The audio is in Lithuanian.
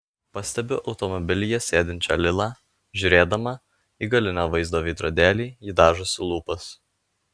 pastebiu automobilyje sėdinčią lilą žiūrėdama į galinio vaizdo veidrodėlį ji dažosi lūpas